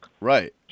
Right